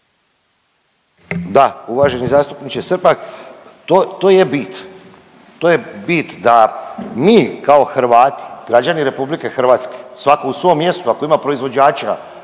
Da, uvaženi zastupniče Srpak, to je bit, to je bit da mi kao Hrvati, građani RH svako u svom mjestu ako ima proizvođača